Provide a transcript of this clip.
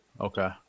Okay